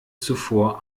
zuvor